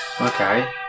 Okay